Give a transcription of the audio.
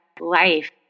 life